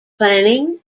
planning